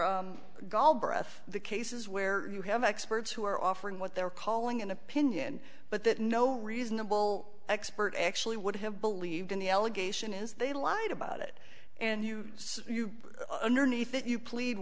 gall breath the cases where you have experts who are offering what they're calling an opinion but that no reasonable expert actually would have believed in the allegation is they lied about it and you say you underneath it you plead